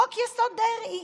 חוק-יסוד: דרעי.